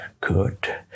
good